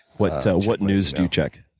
what so what news do you check?